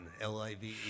L-I-V-E